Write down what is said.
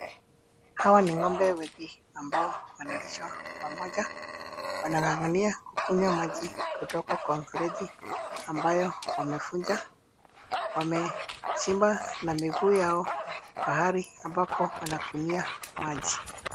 Hawa ni ng'ombe wengi ambao wanalishwa pamoja, wanangangania kukunywa maji kutoka kwa mfereji ambayo wamefuja. Wamechimba na miguu yao pahali ambako wanakunyia maji.